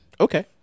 Okay